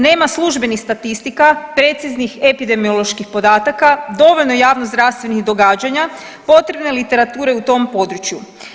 Nema službenih statistika, preciznih epidemioloških podataka, dovoljno javnozdravstvenih događanja, potrebne literature u tom području.